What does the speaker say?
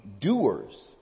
doers